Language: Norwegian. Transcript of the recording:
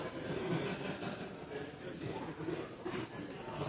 presidenten